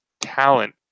talent